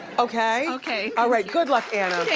okay? okay. all right, good luck, anna.